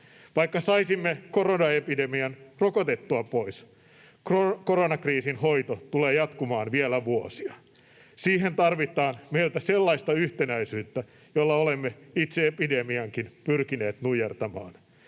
Vaikka saisimme koronaepidemian rokotettua pois, koronakriisin hoito tulee jatkumaan vielä vuosia. Siihen tarvitaan meiltä sellaista yhtenäisyyttä, jolla olemme itse epidemiaakin pyrkineet nujertamaan.